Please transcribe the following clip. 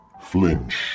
Flinch